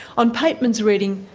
on pateman's reading,